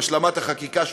עם השלמת החקיקה,